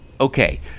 Okay